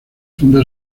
funda